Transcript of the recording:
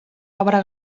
obra